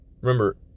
remember